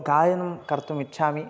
गायनं कर्तुम् इच्छामि